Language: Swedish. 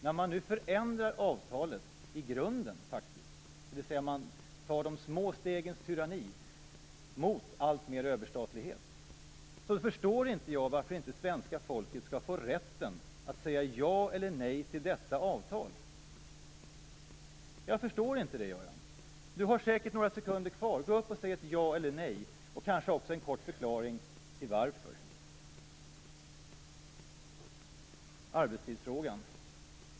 När man nu i grunden förändrar avtalet och tar de små stegens tyranni mot alltmer överstatlighet förstår jag inte varför svenska folket inte skall få rätten att säga ja eller nej till detta avtal. Jag förstår inte det, Göran Persson. Göran Persson har säkert några sekunders taletid kvar. Gå upp och säg ett ja eller ett nej, och ge gärna också en kort förklaring till varför!